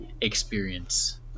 experience